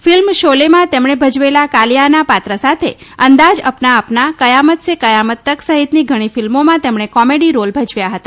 film શોલેમાં તેમણે ભજવેલા કાલિયાના પાત્ર સાથે અંદાજ અપના અપના કયામત સે કયામત તક સહિતની ઘણી ફિલ્મોમાં તેમણે કોમેડી રોલ ભજવ્યા હતા